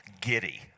giddy